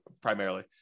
primarily